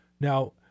Now